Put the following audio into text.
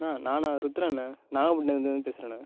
அண்ணா நானா ருத்ரன்ணே நாகபட்டினத்துலேருந்து பேசுகிறேண்ணே